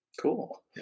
Cool